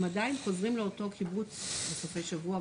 הם עדיין חוזרים לאותו קיבוץ בסופי שבוע,